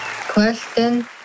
Question